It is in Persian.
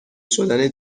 شدن